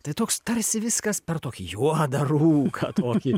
tai toks tarsi viskas per tokį juodą rūką tokį